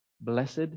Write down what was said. Blessed